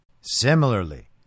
Similarly